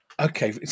Okay